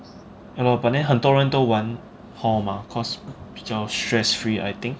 ya lor but then 很多人都玩 hall mah because 比较 stress free I think